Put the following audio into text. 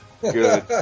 Good